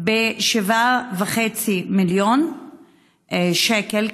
ב-7.5 מיליון שקל,